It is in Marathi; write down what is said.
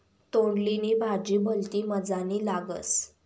तोंडली नी भाजी भलती मजानी लागस